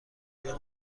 آیا